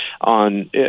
on